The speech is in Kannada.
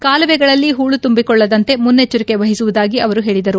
ಕಾಲುವೆಗಳಲ್ಲಿ ಹೂಳು ತುಂಬಿಕೊಳ್ಳದಂತೆ ಮುನ್ನೆಚ್ಚರಿಕೆ ವಹಿಸುವುದಾಗಿ ಅವರು ಹೇಳಿದರು